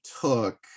took